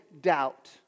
doubt